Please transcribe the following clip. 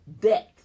death